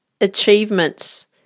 achievements